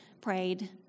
prayed